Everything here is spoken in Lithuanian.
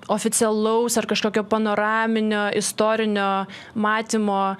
oficialaus ar kažkokio panoraminio istorinio matymo